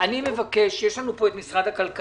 אני מבקש, יש לנו כאן את משרד הכלכלה,